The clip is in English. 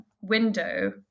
window